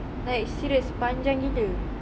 like serious panjang gila